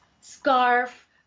scarf